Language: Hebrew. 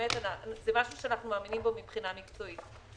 באמת זה דבר שאנחנו מאמינים בו מבחינה מקצועית.